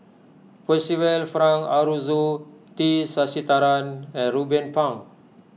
Percival Frank Aroozoo T Sasitharan and Ruben Pang